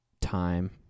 time